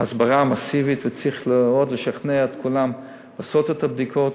הסברה מסיבית וצריך לשכנע את כולם לעשות את הבדיקות.